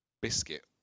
biscuit